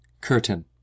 Curtain